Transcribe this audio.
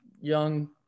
young